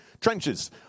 trenches